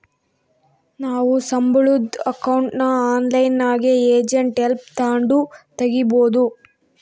ನಾವು ಸಂಬುಳುದ್ ಅಕೌಂಟ್ನ ಆನ್ಲೈನ್ನಾಗೆ ಏಜೆಂಟ್ ಹೆಲ್ಪ್ ತಾಂಡು ತಗೀಬೋದು